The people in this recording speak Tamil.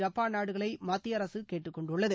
ஜப்பான் நாடுகளை மத்திய அரசு கேட்டுக்கொண்டுள்ளது